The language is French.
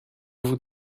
vous